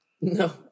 No